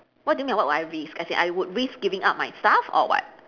what do you mean by what would I risk as in I would risk giving up my stuff or what